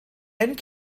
and